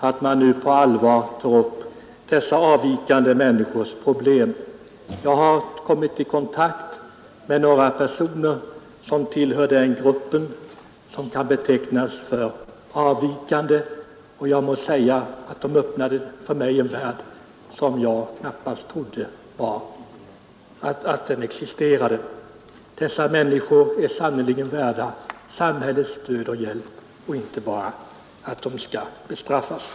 Herr talman! I likhet med herr Romanus vill jag ge till känna att jag med tillfredsställelse hälsar att man nu på allvar tar upp dessa avvikande människors problem. Jag har kommit i kontakt med några personer, som tillhör den grupp som kan betecknas som avvikande. Jag måste säga att de för mig öppnade en värld som jag knappast trodde existerade. Dessa människor är sannerligen värda samhällets stöd och hjälp och bör inte bara bli föremål för bestraffning.